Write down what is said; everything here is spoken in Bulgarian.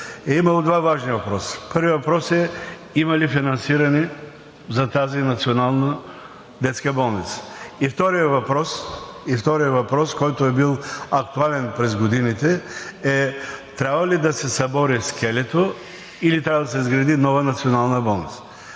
е имало два важни въпроса. Първият е: има ли финансиране за тази Национална детска болница? И вторият въпрос, който е бил актуален през годините, е: трябва ли да се събори скелето, или трябва да се изгради нова национална болница?